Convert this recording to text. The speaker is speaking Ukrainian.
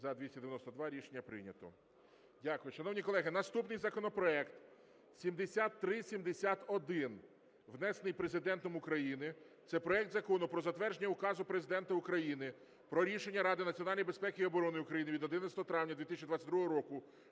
За-292 Рішення прийнято. Дякую. Шановні колеги, наступний законопроект 7371, внесений Президентом України, це проект Закону про затвердження Указу Президента України про рішення Ради національної безпеки і оборони України від 11 травня 2022 року,